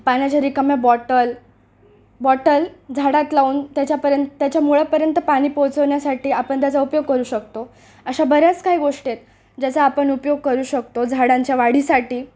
पाण्याच्या रिकामे bottle bottle झाडात लावून त्याच्यापर्यंत त्याच्या मुळापर्यंत पाणी पोचवण्यासाठी आपण त्याचा उपयोग करू शकतो अशा बऱ्याच काही गोष्टी आहेत ज्याचा आपण उपयोग करू शकतो झाडांच्या वाढीसाठी